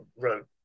wrote